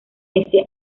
ese